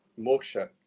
Moksha